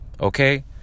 Okay